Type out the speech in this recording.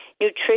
Nutrition